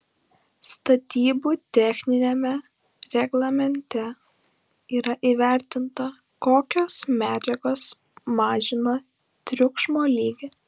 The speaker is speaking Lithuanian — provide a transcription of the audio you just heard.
statybų techniniame reglamente yra įvertinta kokios medžiagos mažina triukšmo lygį